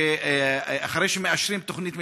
שאחרי שמאשרים תוכנית מתאר,